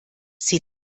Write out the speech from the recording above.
sie